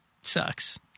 sucks